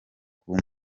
kuba